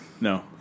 no